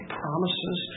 promises